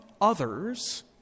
others